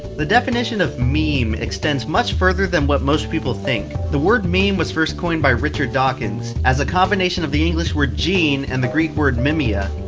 the definition of meme extends much further, than what most people think. the word meme was first coined by richard dawkins, as a combination of the english word gene and the greek word mimema.